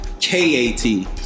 K-A-T